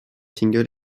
singles